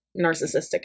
narcissistic